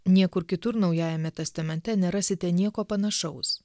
niekur kitur naujajame testamente nerasite nieko panašaus